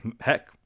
Heck